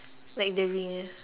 like the ringer